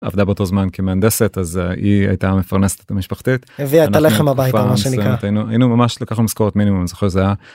עבדה באותו זמן כמהנדסת אז היא הייתה המפרנסת המשפחתית. הביאה את הלחם הביתה מה שנקרא. היינו ממש לקחנו משכורת מינימום אני זוכר שזה היה.